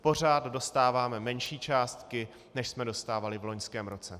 Pořád dostáváme menší částky, než jsme dostávali v loňském roce.